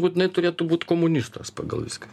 būtinai turėtų būt komunistas pagal viską